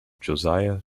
josiah